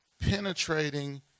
penetrating